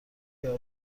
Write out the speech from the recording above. یارو